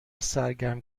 سرگرم